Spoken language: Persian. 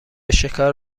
شکار